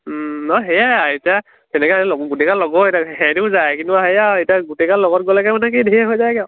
নহ্ সেয়াই এতিয়া তেনেকৈ গোটেইগাল লগৰে এতিয়া সিহঁতেও যায় কিন্তু সেয়ে আৰু এতিয়া গোটেইগাল লগত গ'লেগৈ মানে কি ধেৰ হৈ যায়গৈ আৰু